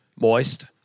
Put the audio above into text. Moist